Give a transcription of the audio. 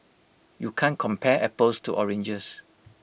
you can't compare apples to oranges